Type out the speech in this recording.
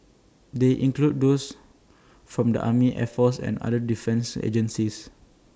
they include those from the army air force and other defence agencies